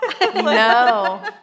No